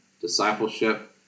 discipleship